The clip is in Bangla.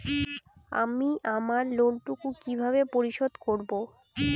আমি আমার লোন টুকু কিভাবে পরিশোধ করব?